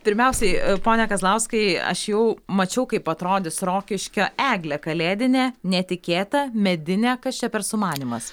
pirmiausiai pone kazlauskai aš jau mačiau kaip atrodys rokiškio eglė kalėdinė netikėta medinė kas čia per sumanymas